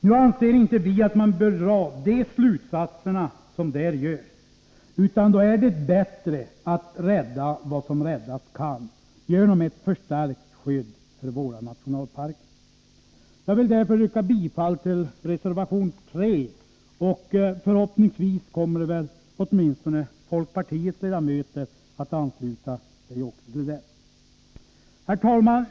Nu anser vi inte att de slutsatserna bör dras, utan det är bättre att rädda vad som räddas kan genom ett förstärkt skydd för våra nationalparker. Jag vill därför yrka bifall till reservation 3, och förhoppningsvis kommer väl åtminstone folkpartiets ledamöter att ansluta sig också till den. Herr talman!